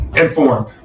informed